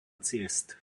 ciest